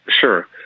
Sure